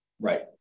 Right